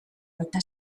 baita